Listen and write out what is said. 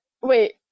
Wait